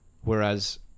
Whereas